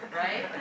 right